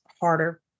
harder